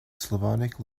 slavonic